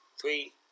Three